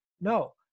No